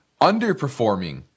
underperforming